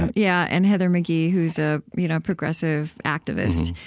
and yeah, and heather mcghee who's a you know progressive activist.